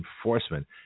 enforcement